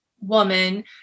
woman